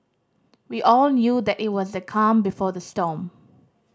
we all knew that it was the calm before the storm